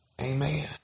Amen